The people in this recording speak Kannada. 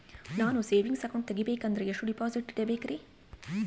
ನಾನು ಸೇವಿಂಗ್ ಅಕೌಂಟ್ ತೆಗಿಬೇಕಂದರ ಎಷ್ಟು ಡಿಪಾಸಿಟ್ ಇಡಬೇಕ್ರಿ?